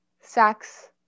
sex